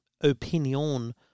opinion